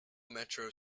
metro